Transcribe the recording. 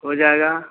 हो जाएगा